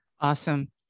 Awesome